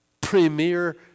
premier